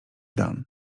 dan